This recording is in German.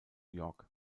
york